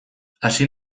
hasi